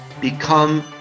become